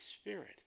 Spirit